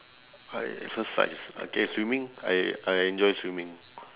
I exercise okay swimming I I enjoy swimming